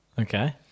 Okay